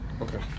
Okay